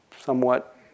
somewhat